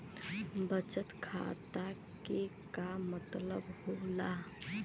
बचत खाता के का मतलब होला?